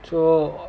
so